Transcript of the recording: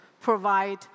provide